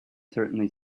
certainly